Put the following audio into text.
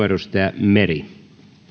edustaja meri